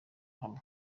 hamwe